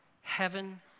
Heaven